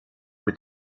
mit